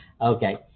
Okay